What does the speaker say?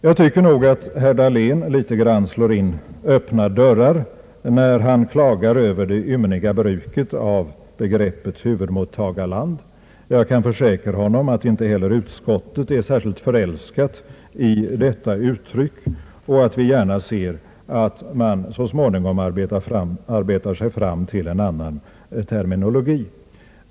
Jag tycker nog att herr Dahlén slår in öppna dörrar när han klagar över det ymniga bruket av begreppet huvudmottagarland. Jag kan försäkra honom att inte heller utskottet är särskilt förälskat i detta uttryck, och att vi gärna ser att man så småningom arbetar sig fram till en annan terminologi.